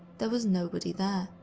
there was nobody there.